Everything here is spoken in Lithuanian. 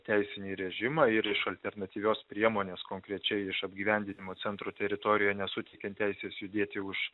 teisinį režimą ir iš alternatyvios priemonės konkrečiai iš apgyvendinimo centro teritorijoj nesuteikiant teisės judėti už